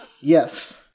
Yes